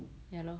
ya lor